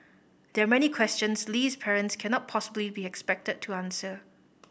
there are many questions Lee's parents cannot possibly be expected to answer